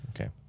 okay